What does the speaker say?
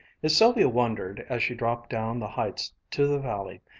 if sylvia wondered, as she dropped down the heights to the valley,